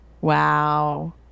Wow